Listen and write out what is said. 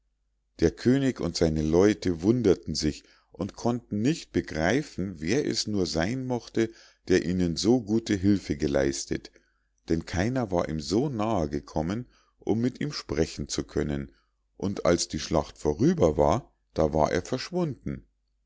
der könig und seine leute wunderten sich und konnten nicht begreifen wer es nur sein mochte der ihnen so gute hülfe geleistet denn keiner war ihm so nahe gekommen um mit ihm sprechen zu können und als die schlacht vorüber war da war er verschwunden